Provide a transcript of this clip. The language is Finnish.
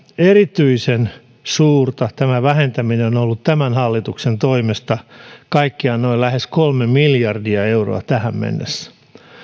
erityisen suurta tämä vähentäminen on on ollut tämän hallituksen toimesta kaikkiaan lähes noin kolme miljardia euroa tähän mennessä